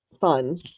fun